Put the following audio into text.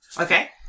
Okay